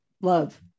love